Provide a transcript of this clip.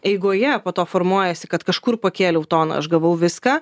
eigoje po to formuojasi kad kažkur pakėliau toną aš gavau viską